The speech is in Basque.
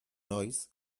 noiz